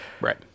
right